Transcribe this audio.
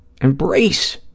Embrace